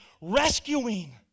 Rescuing